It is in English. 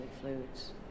fluids